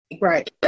Right